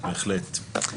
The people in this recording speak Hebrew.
בהחלט.